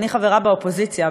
אני חברה באופוזיציה,